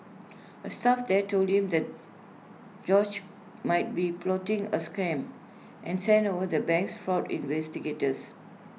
A staff there told him that George might be plotting A scam and sent over the bank's fraud investigators